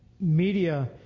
media